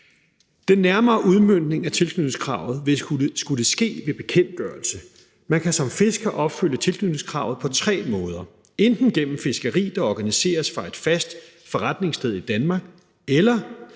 Den nærmere udmøntning af tilknytningskravet vil skulle ske ved bekendtgørelse. Man kan som fisker opfylde tilknytningskravet på tre måder: enten gennem fiskeri, der organiseres fra et fast forretningssted i Danmark, eller